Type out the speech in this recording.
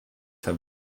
have